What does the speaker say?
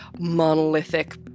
monolithic